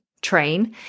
train